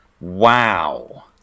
Wow